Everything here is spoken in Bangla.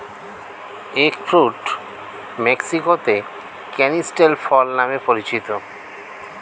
এগ ফ্রুট মেক্সিকোতে ক্যানিস্টেল ফল নামে পরিচিত